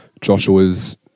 Joshua's